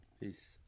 Peace